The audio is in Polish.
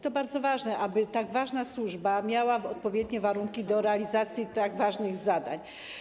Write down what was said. To bardzo ważne, aby tak ważna służba miała odpowiednie warunki do realizacji tak ważnych zadań.